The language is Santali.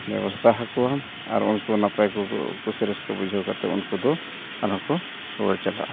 ᱵᱮᱵᱚᱥᱛᱷᱟ ᱟᱠᱚᱣᱟ ᱟᱨ ᱩᱱᱠᱩ ᱱᱟᱯᱟᱭ ᱠᱚᱠᱚ ᱠᱩᱥᱤ ᱨᱟᱹᱥᱠᱟᱹ ᱵᱩᱡᱷᱟᱹᱣ ᱠᱟᱛᱮᱫ ᱩᱱᱠᱩ ᱫᱚ ᱟᱨᱦᱚᱸ ᱠᱚ ᱨᱩᱣᱟᱹᱲ ᱪᱟᱞᱟᱜᱼᱟ